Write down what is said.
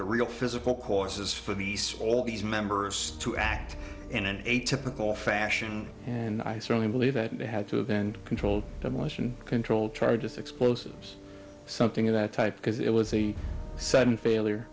the real physical causes for the small these members to act in an atypical fashion and i certainly believe that they had to have and controlled demolition controlled charges explosives something of that type because it was a sudden failure